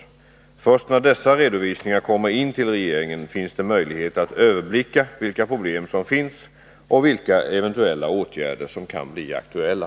21 Först när dessa redovisningar kommer in till regeringen finns det möjlighet att överblicka vilka problem som finns och vilka eventuella åtgärder som kan bli aktuella.